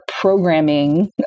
programming